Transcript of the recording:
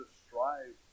strive